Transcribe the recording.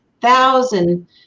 thousand